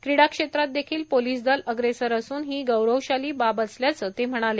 क्रीडा क्षेत्रात देखील पोलीस दल अग्रेसर असून ही गौरवशाली बाब असल्याचं ते म्हणाले